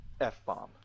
F-bomb